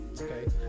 Okay